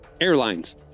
airlines